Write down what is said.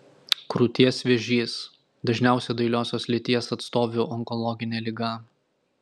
krūties vėžys dažniausia dailiosios lyties atstovių onkologinė liga